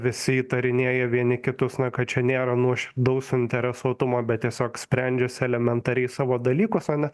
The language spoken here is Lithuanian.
visi įtarinėja vieni kitus na kad čia nėra nuoširdaus suinteresuotumo bet tiesiog sprendžiasi elementariai savo dalykus o ne